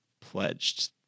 pledged